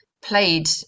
played